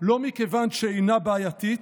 לא מכיוון שאינה בעייתית,